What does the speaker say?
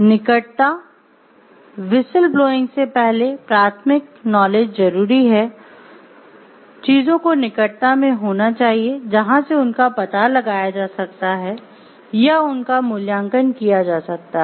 निकटता whistle blowing से पहले प्राथमिक नॉलेज जरूरी है चीजों को निकटता में होना चाहिए जहां से उनका पता लगाया जा सकता है या उनका मूल्यांकन किया जा सकता है